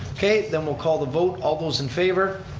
okay, then we'll call the vote. all those in favor.